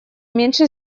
меньше